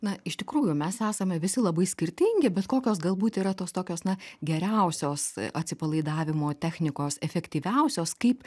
na iš tikrųjų mes esame visi labai skirtingi bet kokios galbūt yra tos tokios na geriausios atsipalaidavimo technikos efektyviausios kaip